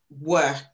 work